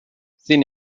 sin